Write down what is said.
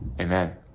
amen